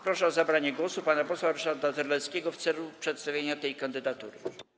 Proszę o zabranie głosu pana posła Ryszarda Terleckiego w celu przedstawienia tej kandydatury.